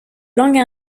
langue